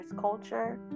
culture